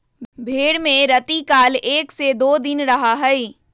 भेंड़ में रतिकाल एक से दो दिन रहा हई